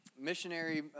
missionary